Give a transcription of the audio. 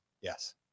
Yes